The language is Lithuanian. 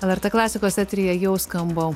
lrt klasikos eteryje jau skamba